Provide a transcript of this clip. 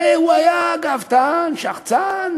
הרי הוא היה גאוותן, שחצן,